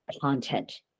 content